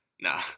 Nah